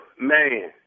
Man